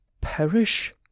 perish